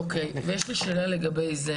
אוקיי, ויש לי שאלה לגבי זה.